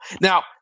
Now